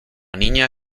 niña